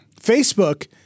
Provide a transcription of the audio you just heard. Facebook